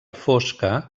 fosca